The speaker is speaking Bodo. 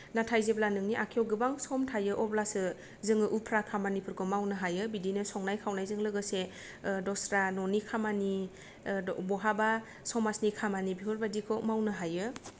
नाथाय जेब्ला नोंनि आखाइयाव गोबां सम थायो अब्लासो जोङो उफ्रा खामानिफोरखौ मावनो हायो बिदिनो संनाय खावनायजों लोगोसे ओ दस्रा ननि खामानि ओ बहाबा समाजनि खामानि बेफोरबायदिखौ मावनो हायो